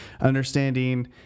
Understanding